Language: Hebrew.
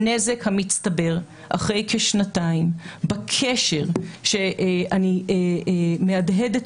הנזק המצטבר אחרי כשנתיים ואני מהדהדת